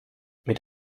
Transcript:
mit